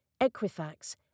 Equifax